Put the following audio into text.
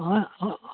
ಹಾಂ ಹಾಂ